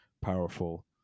powerful